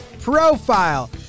profile